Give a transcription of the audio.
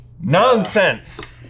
Nonsense